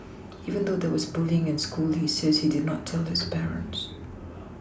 even though there was bullying in school he says he did not tell his parents